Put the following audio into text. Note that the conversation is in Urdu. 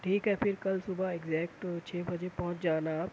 ٹھیک ہے پھر کل صبح اکزیکٹ چھ بجے پہنچ جانا آپ